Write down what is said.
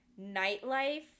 nightlife